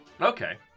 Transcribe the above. Okay